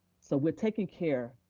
so we're taking care,